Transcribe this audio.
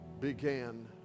began